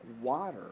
water